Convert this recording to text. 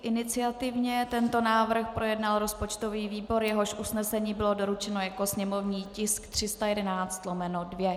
Iniciativně tento návrh projednal rozpočtový výbor, jehož usnesení bylo doručeno jako sněmovní tisk 311/2.